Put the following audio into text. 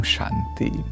Shanti